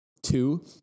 Two